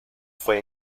fue